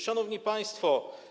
Szanowni Państwo!